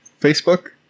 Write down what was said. Facebook